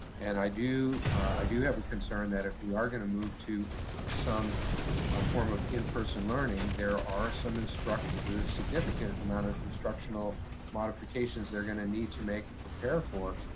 and i do i do have a concern that if we are gonna move to some form of in-person learning, there are some instruction, significant amount of instructional modifications they're gonna need to make and prepare for,